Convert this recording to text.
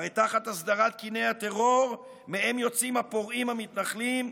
הרי תחת הסדרת קיני הטרור שמהם יוצאים הפורעים המתנחלים,